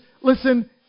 listen